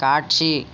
காட்சி